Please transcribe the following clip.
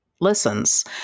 listens